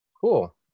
Cool